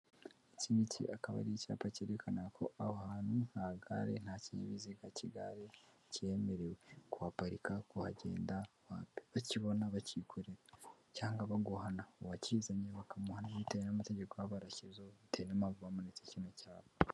Iki ngiki akaba ari icyapa cyerekana ko aho hantu nta gare, nta kinyabiziga cy'igare cyemerewe kuhaparika kuhagenda wapi, bakibona bakikorera cyangwa baguhana, uwakizanye bakamuhana bitewe n'amategeko baba barashyizeho bitewe n'impamvu bamanitse kino cyapa.